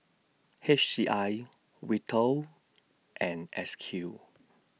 H C I Vital and S Q